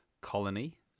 colony